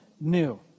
new